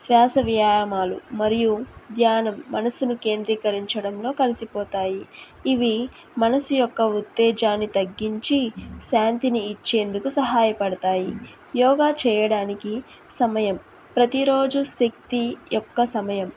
శ్వాస వ్యాయామాలు మరియు ధ్యానం మనసును కేంద్రీకరించడంలో కలిసిపోతాయి ఇవి మనసు యొక్క ఉత్తేజాన్ని తగ్గించి శాంతిని ఇచ్చేందుకు సహాయపడతాయి యోగా చెయ్యడానికి సమయం ప్రతిరోజు శక్తి యొక్క సమయం